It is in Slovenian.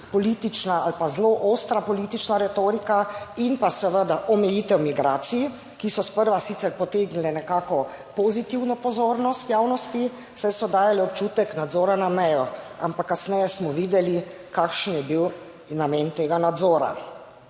politična ali pa zelo ostra politična retorika in pa seveda omejitev migracij, ki so sprva sicer potegnile nekako pozitivno pozornost javnosti, saj so dajali občutek nadzora na mejo, ampak kasneje smo videli kakšen je bil namen tega nadzora.